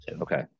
okay